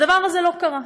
והדבר הזה לא קרה.